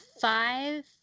five